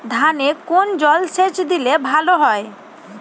ধানে কোন জলসেচ দিলে ভাল হয়?